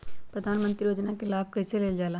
प्रधानमंत्री योजना कि लाभ कइसे लेलजाला?